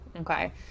Okay